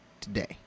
Today